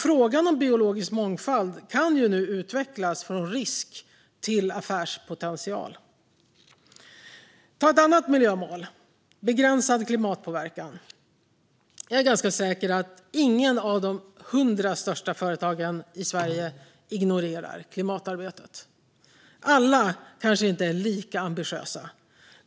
Frågan om biologisk mångfald kan nu utvecklas från risk till affärspotential. Jag ska ta upp ett annat miljömål - Begränsad klimatpåverkan. Jag är ganska säker på att inget av de 100 största företagen i Sverige ignorerar klimatarbetet. Alla är kanske inte lika ambitiösa.